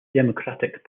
democratic